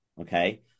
Okay